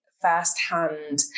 firsthand